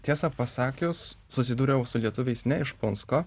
tiesą pasakius susidūriau su lietuviais ne iš punsko